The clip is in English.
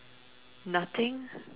nothing